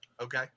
Okay